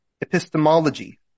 epistemology